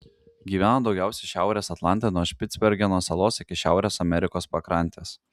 gyvena daugiausiai šiaurės atlante nuo špicbergeno salos iki šiaurės amerikos pakrantės